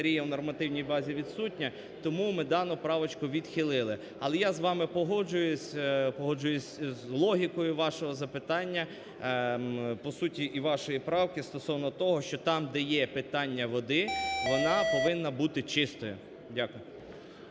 у нормативній базі відсутнє, тому ми дану правочку відхилили. Але я з вами погоджуюся, погоджуюся з логікою вашого запитання, по суті, і вашої правки стосовно того, що там, де є питання води, вона повинна бути чистою. Дякую.